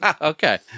Okay